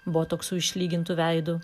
botoksu išlygintu veidu